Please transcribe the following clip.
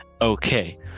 Okay